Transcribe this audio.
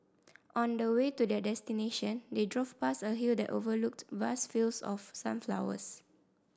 on the way to their destination they drove past a hill that overlooked vast fields of sunflowers